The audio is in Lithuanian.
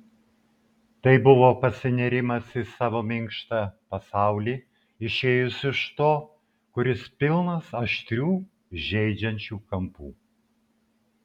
tai buvo pasinėrimas į savo minkštą pasaulį išėjus iš to kuris pilnas aštrių žeidžiančių kampų